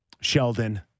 Sheldon